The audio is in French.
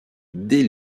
dès